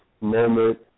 moment